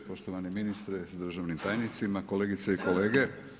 Poštovani ministre sa državnim tajnicima, kolegice i kolege.